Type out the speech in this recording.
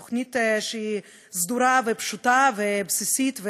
זאת תוכנית סדורה, פשוטה ובסיסית,